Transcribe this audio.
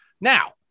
Now